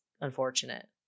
unfortunate